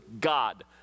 God